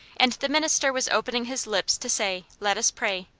and the minister was opening his lips to say let us pray.